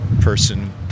person